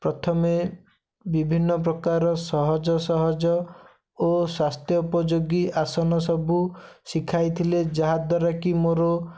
ପ୍ରଥମେ ବିଭିନ୍ନ ପ୍ରକାର ସହଜ ସହଜ ଓ ସ୍ୱାସ୍ଥ୍ୟ ଉପଯୋଗୀ ଆସନ ସବୁ ଶିଖାଇଥିଲେ ଯାହା ଦ୍ୱାରା କି ମୋର